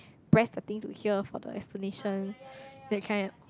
press the thing to hear for the explanation that kind